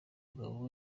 mugabo